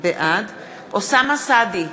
בעד אוסאמה סעדי,